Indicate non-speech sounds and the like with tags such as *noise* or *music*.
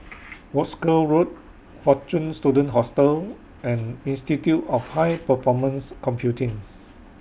*noise* Wolskel Road Fortune Students Hostel and Institute of *noise* High Performance Computing